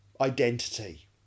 identity